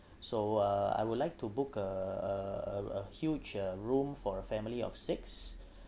so uh I would like to book a a huge uh room for a family of six